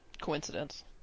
coincidence